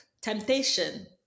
temptation